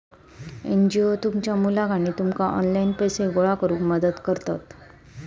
NGO तुमच्या मुलाक आणि तुमका ऑनलाइन पैसे गोळा करूक मदत करतत